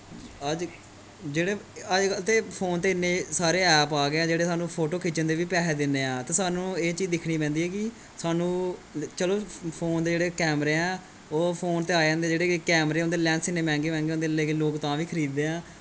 अज्ज कल जेह्ड़े अज्ज कल ते फोन ते इन्ने सारे ऐप आ गे ऐ जेह्ड़े सानूं फोटो खिच्चन दे बी पैहे दिंदे ऐ सानूं एह् चीज़ दिक्खनी पैंदी ऐ कि सानूं चलो फोन दे जेह्ड़े कैमरे ऐ ओह् फोन ते आ जांदे जेह्ड़े कैमरे होंदे लैंस इन्ने मैंह्गे मैह्गे होंदे ऐ लेकिन लोक तां बी खरीददे ऐ